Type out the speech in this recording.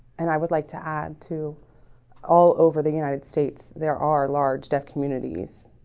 and i would like to add to all over the united states. there are large deaf communities